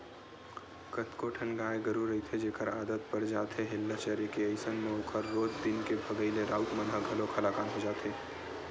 कतको ठन गाय गरु रहिथे जेखर आदत पर जाथे हेल्ला चरे के अइसन म ओखर रोज दिन के भगई ले राउत मन ह घलोक हलाकान हो जाथे